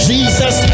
Jesus